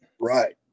Right